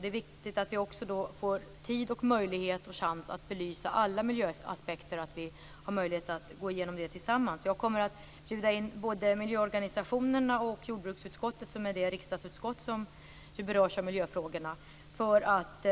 Det är viktigt att vi också då får tid, möjlighet och chans att belysa alla miljöaspekter. Jag kommer att bjuda in både miljöorganisationerna och jordbruksutskottet, som är det riksdagsutskott som berörs av miljöfrågorna, för att